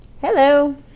Hello